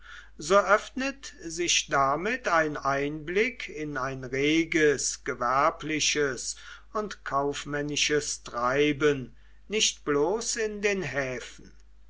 so öffnet sich damit ein einblick in ein reges gewerbliches und kaufmännisches treiben nicht bloß in den höfen